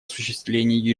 осуществлении